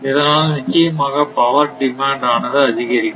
இதனால் நிச்சயமாக power demand ஆனது அதிகரிக்கும்